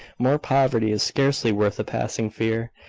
mere poverty is scarcely worth a passing fear.